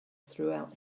throughout